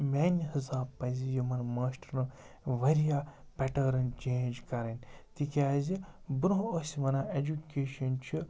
میانہِ حِساب پَزِ یِمَن ماشٹرَن وارِیاہ پٮ۪ٹٲرٕن چینٛج کَرٕنۍ تِکیٛازِ برونٛہہ ٲسۍ وَنان اٮ۪جُکیشَن چھِ